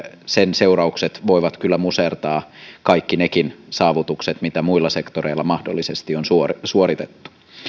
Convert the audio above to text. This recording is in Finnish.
sen seuraukset voivat kyllä musertaa kaikki nekin saavutukset mitä muilla sektoreilla mahdollisesti on suoritettu